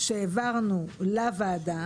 שהעברנו לוועדה